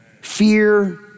Fear